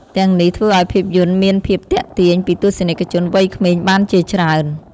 ទាំងនេះធ្វើឱ្យភាពយន្តមានភាពទាក់ទាញពីទស្សនិកជនវ័យក្មេងបានជាច្រើន។